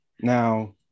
Now